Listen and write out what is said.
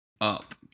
up